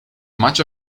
much